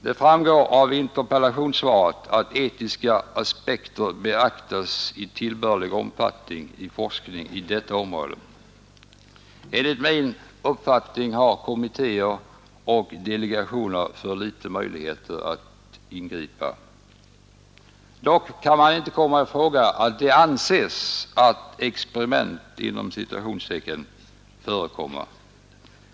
Det framgår av interpellationssvaret att ”etiska aspekter beaktas i tillbörlig omfattning” i forskning på detta område. Enligt min uppfattning har kommittéer och delegationer för små möjligheter att ingripa. Dock kan man inte komma ifrån att det anses att ”experiment” förekommer.